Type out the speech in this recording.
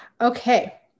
Okay